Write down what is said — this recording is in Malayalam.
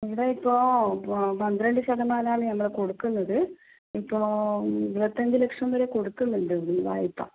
ഇവിടെ ഇപ്പോൾ പന്ത്രണ്ട് ശതമാനം ആണ് ഞങ്ങള് കൊടുക്കുന്നത് ഇപ്പോൾ ഇരുപത്തഞ്ച് ലക്ഷം വരെ കൊടുക്കുന്നുണ്ട് വായ്പ്പ